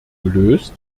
gelöst